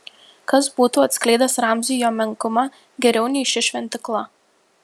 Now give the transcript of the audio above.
kas būtų atskleidęs ramziui jo menkumą geriau nei ši šventykla